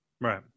Right